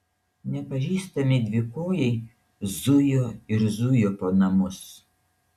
nepažįstami dvikojai zujo ir zujo po namus